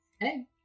Hey